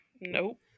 Nope